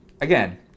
again